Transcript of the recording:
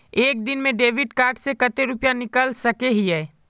एक दिन में डेबिट कार्ड से कते रुपया निकल सके हिये?